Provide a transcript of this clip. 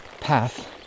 path